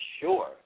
sure